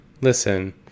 listen